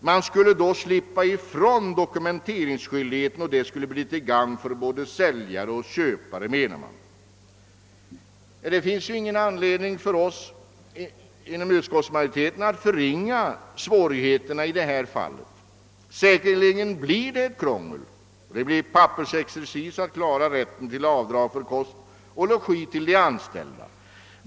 Man skulle då slippa ifrån dokumenteringsskyldigheten, och detta skulle bli till gagn för både säljare och köpare, menar motionärerna. Utskottsmajoriteten har ingen anledning att förringa svårigheterna; säkerligen blir det krångel och pappersexercis om avdrag skall kunna göras för kost och logi till de anställda.